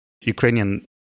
Ukrainian